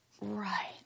Right